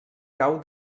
cau